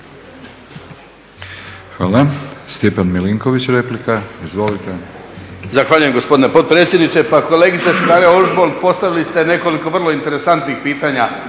Hvala.